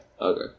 Okay